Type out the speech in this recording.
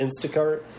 Instacart